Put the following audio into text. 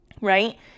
right